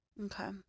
Okay